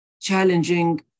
challenging